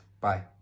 Bye